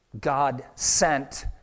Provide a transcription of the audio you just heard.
God-sent